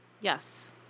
Yes